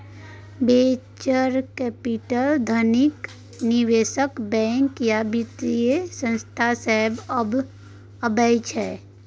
venture capital धनिक निबेशक, bank या बित्तीय संस्थान सँ अबै छै